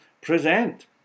present